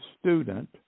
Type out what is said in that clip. student